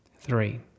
Three